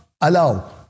allow